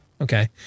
Okay